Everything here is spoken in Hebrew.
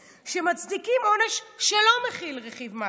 שמצדיקים עונש שלא מכיל רכיב מאסר,